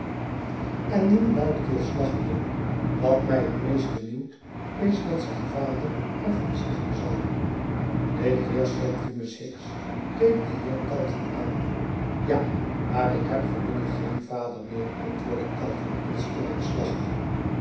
en nu luidkeels lachende w at mij het meest benieuwt is wat zijn vader er van zeggen zal de heer septimus hicks keek den heer calton aan ja maar ik heb gelukkig geen vader meer antwoordde calton insgelijks lachende